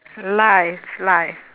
life life